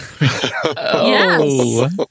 Yes